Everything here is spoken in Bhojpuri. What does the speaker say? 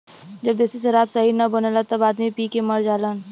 जब देशी शराब सही न बनला तब आदमी पी के मर जालन